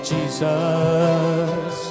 Jesus